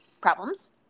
problems